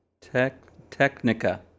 Technica